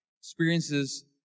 Experiences